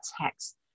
text